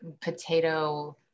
potato